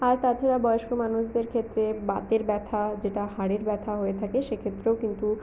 আর তাছাড়া বয়স্ক মানুষদের ক্ষেত্রে বাতের ব্যাথা যেটা হাড়ের ব্যাথা হয়ে থাকে সেক্ষেত্রেও কিন্তু